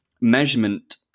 measurement